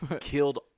killed